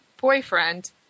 boyfriend